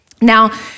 Now